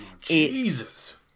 Jesus